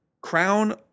crown